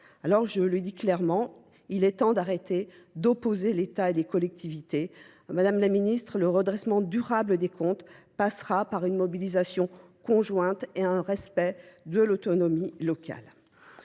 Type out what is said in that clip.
Alors je le dis clairement, il est temps d'arrêter d'opposer l'État et les collectivités. Madame la Ministre, le redressement durable des comptes passera par une mobilisation conjointe et un respect de l'autonomie locale.